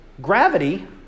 gravity